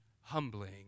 humbling